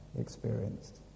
experienced